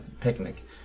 picnic